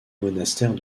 monastères